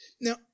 Now